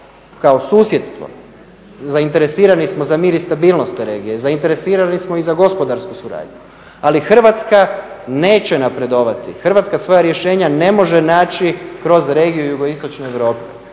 kao susjedstvo, zainteresirani smo za mir i stabilnost te regije, zainteresirani smo i za gospodarsku suradnju ali Hrvatska neće napredovati, Hrvatska svoja rješenja ne može naći kroz regiju jugoistočne Europe.